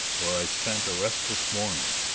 where i spent a restless morning,